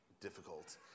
difficult